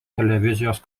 televizijos